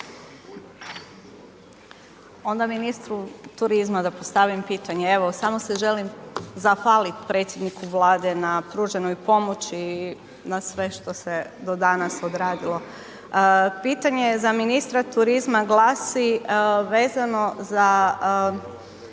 Onda ministru turizma da postavim pitanje. Evo samo se želim zahvaliti predsjedniku Vlade na pruženoj pomoći i na sve što se do danas odradilo. Pitanje za ministra turizma glasi, vezano za